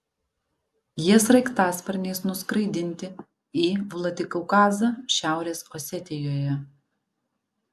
jie sraigtasparniais nuskraidinti į vladikaukazą šiaurės osetijoje